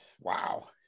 Wow